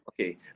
okay